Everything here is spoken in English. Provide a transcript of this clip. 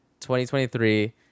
2023